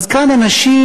אז כאן אנשים